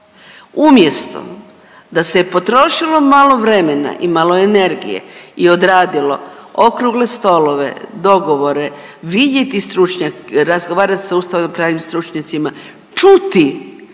Umjesto da se je potrošilo malo vremena i malo energije i odradilo Okrugle stolove, dogovore, vidjeti stručnja…, razgovarat sa ustavnopravnim stručnjacima, čuti ono